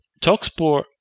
TalkSport